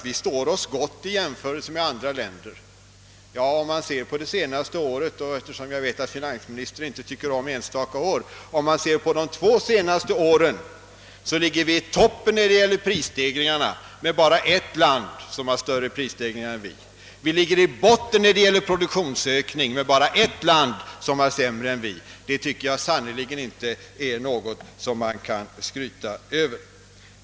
Vi står oss gott i jämförelse med andra länder, säger herr Brandt. Ja, jag vet att finansministern inte tycker om jämförelser för enstaka år, men om man ser på de två senaste åren ligger vi i toppen när det gäller prisstegringar — det är bara ett land som har haft större prisstegringar än vi — och vi ligger i botten när det gäller produktionsökning, med bara ett land som har haft sämre utveckling än vi. Det tycker jag sannerligen inte är någonting som man kan skryta över.